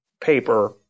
paper